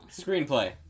screenplay